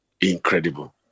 incredible